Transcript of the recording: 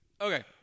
Okay